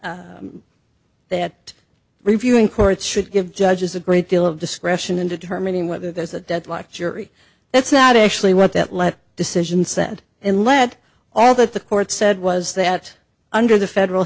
that that reviewing courts should give judges a great deal of discretion in determining whether there's a deadlocked jury that's not actually what that led decision said and led all that the court said was that under the federal